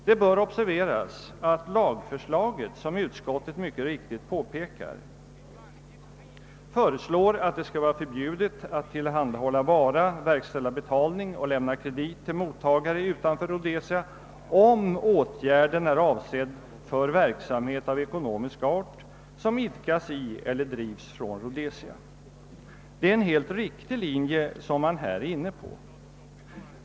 Det bör dock observeras att lagförslaget — som utskottet mycket riktigt påpekar — går ut på att det skall vara förbjudet att tillhandahålla vara, verkställa betalning och lämna kredit till mottagare utanför Rhodesia, om åtgärden är avsedd för verksamhet av ekonomisk art som idkas i eller drivs från Rhodesia. Det är en helt riktig linje som man här är inne på.